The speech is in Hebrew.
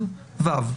1(ג)(ו):